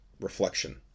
reflection